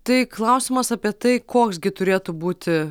tai klausimas apie tai koks gi turėtų būti